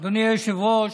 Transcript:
אדוני היושב-ראש,